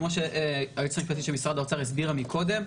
כמו שהיועצת המשפטית של משרד האוצר הסבירה מקודם,